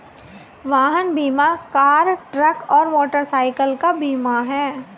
वाहन बीमा car, truck और मोटरसाइकिल का बीमा है